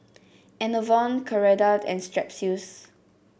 Enervon Ceradan and Strepsils